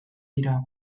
dira